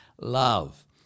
love